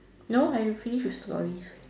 no are you finish the stories